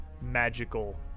magical